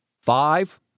five